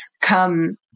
come